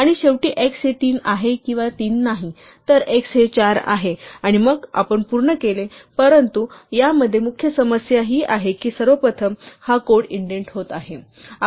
आणि शेवटी x हे 3 आहे किंवा 3 नाही तर x हे 4 आहे आणि मग आपण पूर्ण केले परंतु यामध्ये मुख्य समस्या ही आहे की सर्वप्रथम हा कोड इंडेंट होत आहे